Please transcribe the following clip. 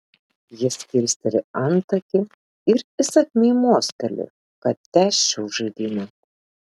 jis kilsteli antakį ir įsakmiai mosteli kad tęsčiau žaidimą